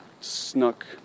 snuck